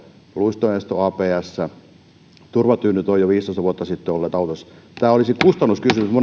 luistonesto abs turvatyynyt on jo viisitoista vuotta olleet autoissa tämä olisi kustannuskysymys